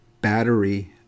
battery